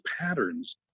patterns